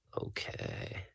Okay